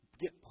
get